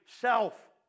self